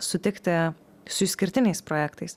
sutikti su išskirtiniais projektais